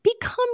become